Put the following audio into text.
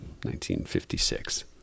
1956